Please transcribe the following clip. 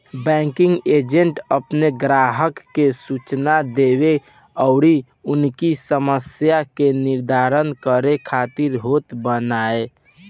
banking agent अपनी ग्राहकन के सूचना देवे अउरी उनकी समस्या के निदान करे खातिर होत बाने